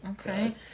okay